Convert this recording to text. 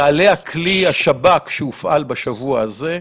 ועליה כלי השב"כ שהופעל בשבוע הזה,